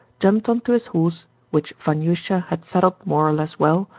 jumped onto his horse which vanyusha had saddled more or less well,